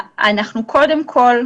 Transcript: קודם כול,